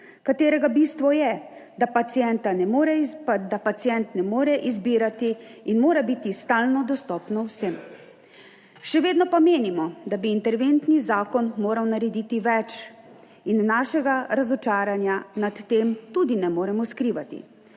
katerega bistvo je, da pacient ne more izbirati in mora biti stalno dostopno vsem. Še vedno pa menimo, da bi interventni zakon moral narediti več in našega razočaranja nad tem tudi ne moremo skrivati.